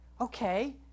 okay